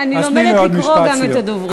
אני לומדת לקרוא את הדוברים.